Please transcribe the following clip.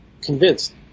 convinced